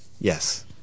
Yes